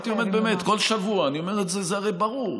הייתי עומד באמת בכל שבוע, זה הרי ברור.